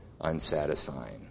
unsatisfying